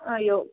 ಅಯ್ಯೋ